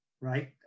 right